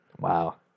Wow